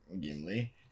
Gimli